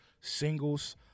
singles